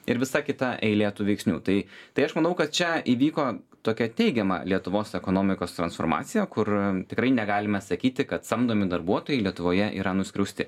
ir visa kita eilė tų veiksnių tai tai aš manau kad čia įvyko tokia teigiama lietuvos ekonomikos transformacija kur tikrai negalime sakyti kad samdomi darbuotojai lietuvoje yra nuskriausti